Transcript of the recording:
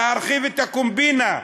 להרחיב את הקומבינה,